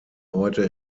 heute